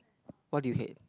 what do you hate